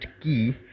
key